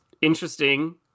interesting